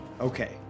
Okay